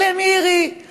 למירי.